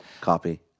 copy